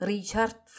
Richard